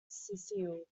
cecil